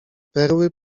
perły